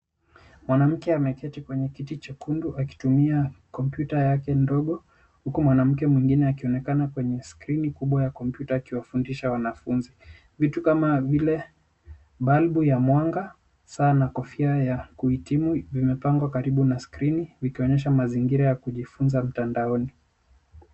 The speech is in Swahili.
Mwanamke ameketi kwenye kiti chekundu akitumia kompyuta yake ndogo huku mwanamke mwingine akionekana kwenye skrini kubwa ya kompyuta akiwafundisha wanafunzi. Vitu kama vile balbu ya mwanga, saa na kofia ya kuhitimu vimepangwa karibu na skrini vikionyesha mazingira ya kujifunza mtandaoni.